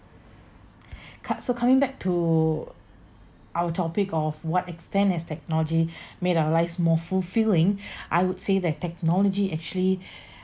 cut so coming back to our topic of what extent as technology made our lives more fulfilling I would say that technology actually